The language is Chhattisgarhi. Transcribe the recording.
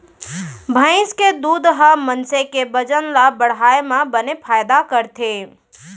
भईंस के दूद ह मनसे के बजन ल बढ़ाए म बने फायदा करथे